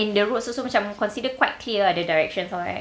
and the roads also macam considered quite clear ah the direction for right